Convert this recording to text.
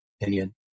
Opinion